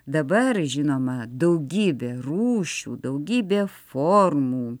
dabar žinoma daugybė rūšių daugybė formų